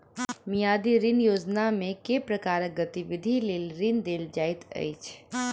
मियादी ऋण योजनामे केँ प्रकारक गतिविधि लेल ऋण देल जाइत अछि